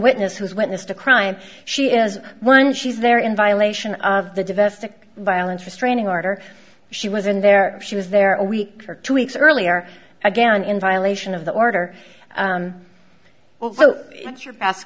witness who's witnessed a crime she is one she's there in violation of the divestiture violence restraining order she was in there she was there a week or two weeks earlier again in violation of the order so what's your